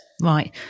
Right